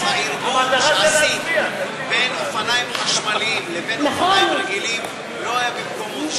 הערבוב שעשית בין אופניים חשמליים לבין אופניים רגילים לא היה במקומו.